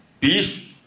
peace